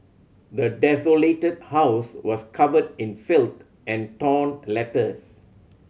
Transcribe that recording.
the desolated house was covered in filth and torn letters